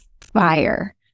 fire